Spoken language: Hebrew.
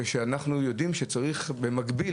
כשאנחנו יודעים שצריך במקביל?